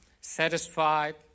satisfied